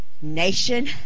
nation